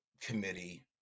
committee